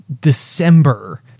december